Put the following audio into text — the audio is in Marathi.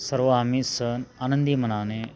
सर्व आम्ही सण आनंदी मनाने